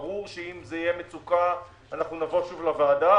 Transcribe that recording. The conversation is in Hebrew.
ברור שאם תהיה מצוקה אז נבוא שוב לוועדה,